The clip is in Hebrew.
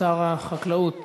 שר החקלאות